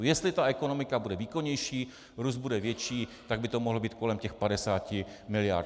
Jestli ekonomika bude výkonnější a růst bude větší, tak by to mohlo být kolem těch 50 mld.